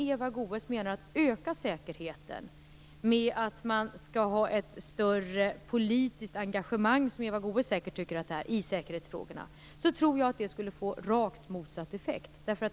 Eva Goës vill öka säkerheten genom ett större politiskt engagemang i säkerhetsfrågorna. Jag tror att det skulle få rakt motsatt effekt.